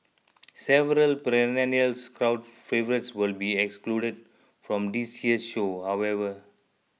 several perennial crowd favourites will be excluded from this year's show however